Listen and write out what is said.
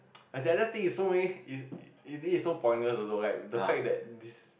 as I just think is so many is is this is so pointless also like the fact that this